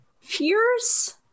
fears